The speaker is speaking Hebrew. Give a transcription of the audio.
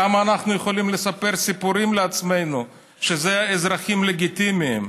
כמה אנחנו יכולים לספר סיפורים לעצמנו שאלה אזרחים לגיטימיים?